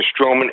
Stroman